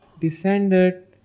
descended